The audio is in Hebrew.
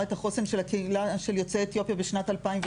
את החוסן של הקהילה של יוצאי אתיופיה בשנת 2006,